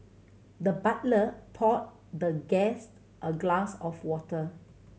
the butler poured the guest a glass of water